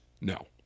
no